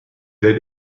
that